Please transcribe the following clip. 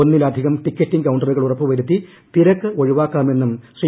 ഒന്നിലധികം ടിക്കറ്റിംഗ് കൌണ്ടറുകൾ ഉറപ്പുവരുത്തി തിരക്ക് ഒഴിവാക്കാമെന്നും ശ്രീ